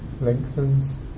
lengthens